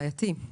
זה בעייתי.